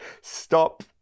stop